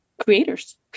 creators